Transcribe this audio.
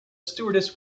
stewardess